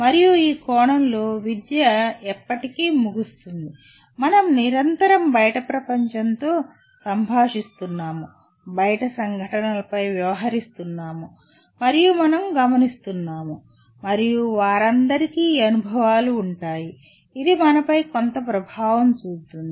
మరియు ఈ కోణంలో విద్య ఎప్పటికీ ముగుస్తుంది మనం నిరంతరం బయటి ప్రపంచంతో సంభాషిస్తున్నాము బయటి సంఘటనలపై వ్యవహరిస్తున్నాము మరియు మనం గమనిస్తున్నాము మరియు వారందరికీ ఈ అనుభవాలు ఉంటాయి ఇది మనపై కొంత ప్రభావం చూపుతుంది